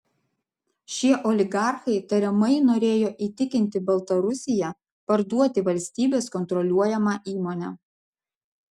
šie oligarchai tariamai norėjo įtikinti baltarusiją parduoti valstybės kontroliuojamą įmonę